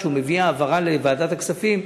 כשהוא מביא העברה לוועדת הכספים,